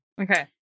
Okay